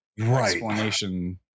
explanation